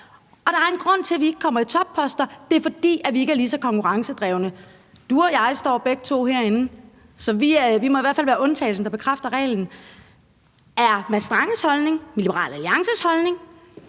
at der er en grund til, at vi ikke får topposter – det er, fordi vi ikke er lige så konkurrencedrevne. Du og jeg står herinde, så vi må i hvert fald være undtagelsen, der bekræfter reglen. Er Mads Stranges holdning Liberal Alliances holdning,